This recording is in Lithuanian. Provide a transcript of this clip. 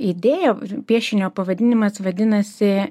idėja piešinio pavadinimas vadinasi